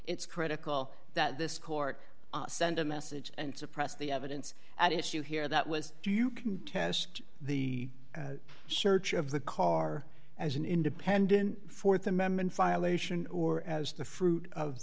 it's critical that this court send a message and suppress the evidence at issue here that was do you contest the search of the car as an independent th amendment violation or as the fruit of